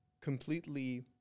completely